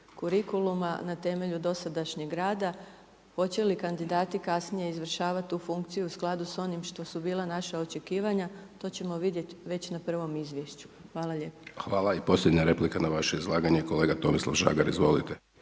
kurikuluma na temelju dosadašnjeg rada, hoće li kandidati kasnije izvršavati tu funkciju u skladu s onim što su bila naša očekivanja to ćemo vidjeti već na prvom izvješću. Hvala lijepo. **Hajdaš Dončić, Siniša (SDP)** Hvala i posljednja replika na vaše izlaganje, kolega Tomislav Žagar, izvolite.